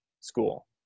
school